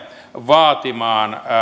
vaatimaan